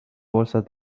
bolsas